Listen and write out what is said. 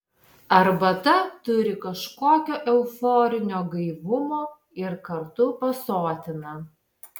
arbata turi kažkokio euforinio gaivumo ir kartu pasotina